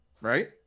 right